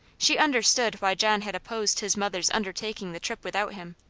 she understood why john had opposed his mother's undertaking the trip without him,